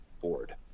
board